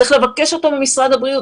צריך לבקש אותו ממשרד הבריאות.